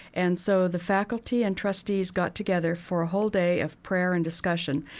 and so the faculty and trustees got together for a whole day of prayer and discussion.